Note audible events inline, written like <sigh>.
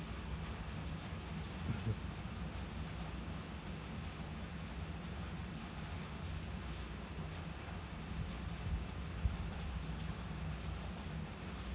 <laughs>